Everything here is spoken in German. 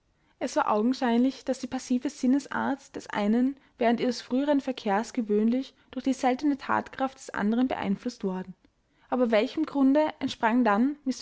es war augenscheinlich daß die passive sinnesart des einen während ihres früheren verkehrs gewöhnlich durch die seltene thatkraft des anderen beeinflußt worden aber welchem grunde entsprang dann